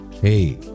Hey